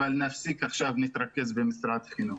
אבל נתרכז עכשיו במשרד החינוך.